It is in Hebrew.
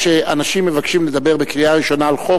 כשאנשים מבקשים לדבר בקריאה ראשונה על חוק,